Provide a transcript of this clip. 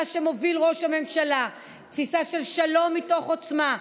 שמוביל ראש הממשלה: תפיסה של שלום מתוך עוצמה,